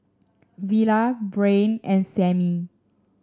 Villa Brain and Samie